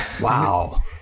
Wow